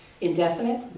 indefinite